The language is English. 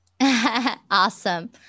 awesome